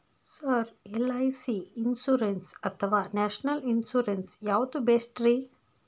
Sir LIC insurance ಅಥವಾ national insurance ಯಾವುದು ಬೆಸ್ಟ್ರಿ?